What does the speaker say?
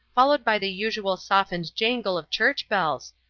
followed by the usual softened jangle of church-bells,